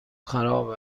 خراب